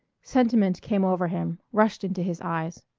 sentiment came over him, rushed into his eyes.